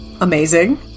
amazing